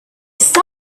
sun